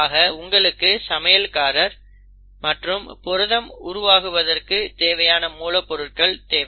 ஆக உங்களுக்கு சமையற்காரர் மற்றும் புரதம் உருவாக்குவதற்கு தேவையான மூலப்பொருட்கள் தேவை